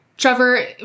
Trevor